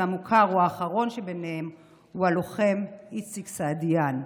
והמוכר או האחרון שבהם הוא הלוחם איציק סעידיאן.